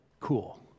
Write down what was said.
cool